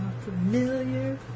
familiar